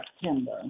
September